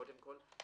קודם כל.